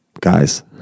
Guys